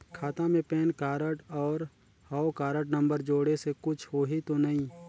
खाता मे PAN card और हव कारड नंबर जोड़े से कुछ होही तो नइ?